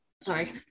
sorry